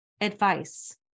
advice